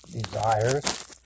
desires